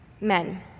Men